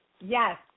Yes